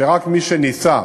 שרק מי שניסה,